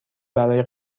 برای